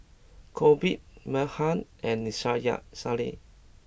Corbett Meaghan and Shaya Shaylee